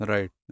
Right